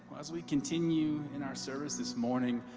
as we continue and our service this morning